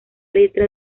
letra